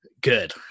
good